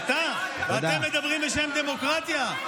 אתם מדברים בשם הדמוקרטיה?